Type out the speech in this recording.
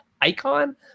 icon